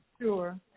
sure